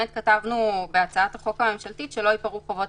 כתבנו בהצעת החוק הממשלתית: "לא ייפרעו חובות